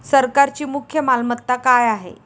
सरकारची मुख्य मालमत्ता काय आहे?